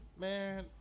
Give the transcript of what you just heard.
man